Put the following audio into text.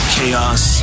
Chaos